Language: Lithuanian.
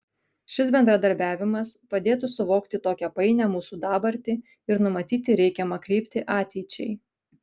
šis bendradarbiavimas padėtų suvokti tokią painią mūsų dabartį ir numatyti reikiamą kryptį ateičiai